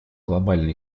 глобальной